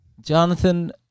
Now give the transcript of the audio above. Jonathan